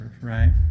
right